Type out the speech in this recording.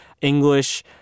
English